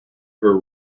her